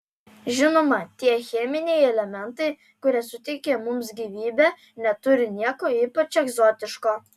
žinoma tie cheminiai elementai kurie suteikia mums gyvybę neturi nieko ypač egzotiško